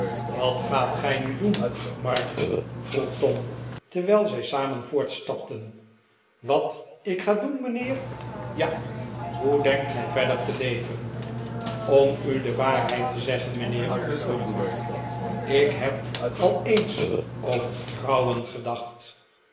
wat gaat gij nu doen mark vroeg tom terwijl zij samen voortstapten wat ik ga doen mijnheer ja hoe denkt gij verder te leven om u de waarheid te zeggen mijnheer antwoordde mark ik heb al eens over trouwen gedacht